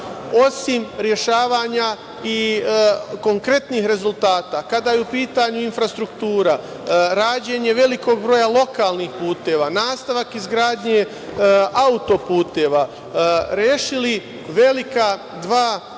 osim rešavanja i konkretnih rezultata kada je u pitanju infrastruktura, rađenje velikog broja lokalnih puteva, nastavak izgradnje autoputeva, rešili velika dva ekološka